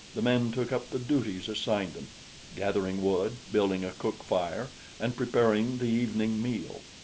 the men took up the duties assigned them gathering wood, building a cook-fire and preparing the evening meal.